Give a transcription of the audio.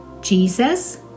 Jesus